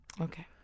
Okay